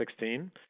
2016